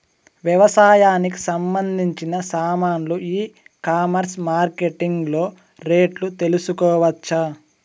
వ్యవసాయానికి సంబంధించిన సామాన్లు ఈ కామర్స్ మార్కెటింగ్ లో రేట్లు తెలుసుకోవచ్చా?